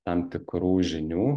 tam tikrų žinių